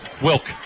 Wilk